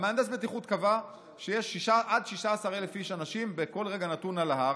מהנדס הבטיחות קבע שיש עד 16,000 אנשים בכל רגע נתון על ההר,